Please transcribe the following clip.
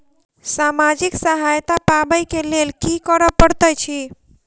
सामाजिक सहायता पाबै केँ लेल की करऽ पड़तै छी?